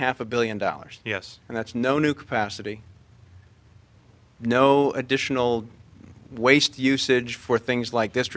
half a billion dollars yes and that's no new capacity no additional waste usage for things like